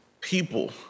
people